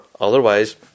Otherwise